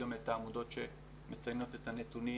"עוז לתמורה" היא קצת פחות מיושמת.